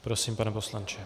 Prosím, pane poslanče.